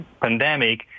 pandemic